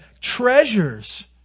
treasures